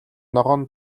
ногоон